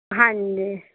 ਹਾਂਜੀ